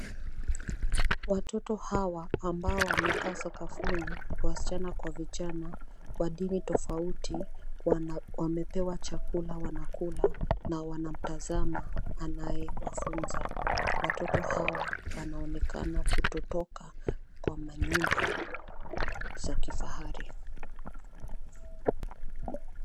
Watoto hawa ambao wamekaa sakafuni wasichana kwa vijana wa dini tofauti wamepewa chakula wanakula na wanamtazama anayewafunza . Watoto hawa wanaonekana kutotoka kwa manyumba za kifahari.